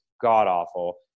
god-awful